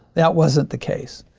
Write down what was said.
that wasn't the case.